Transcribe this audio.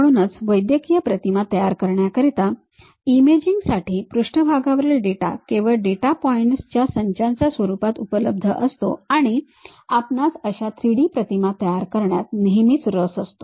म्हणूनच वैद्यकीय प्रतिमा तयार करण्याकरिता इमेजिंग साठी पृष्ठभागावरील डेटा केवळ डेटा पॉइंट्सच्या संचाच्या स्वरूपात उपलब्ध असतो आणि आपणास अशा 3D प्रतिमा तयार करण्यात नेहमीच रस असतो